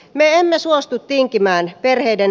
me emme suostu tinkimään perheiden